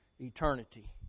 eternity